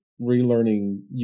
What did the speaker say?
relearning